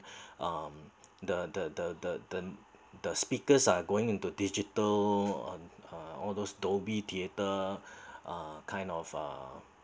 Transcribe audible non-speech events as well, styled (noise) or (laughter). um the the the the the the speakers are going into digital on uh all those Dolby theatre (breath) uh kind of uh